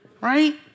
Right